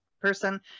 person